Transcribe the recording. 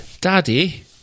Daddy